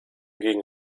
gegen